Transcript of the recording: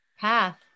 path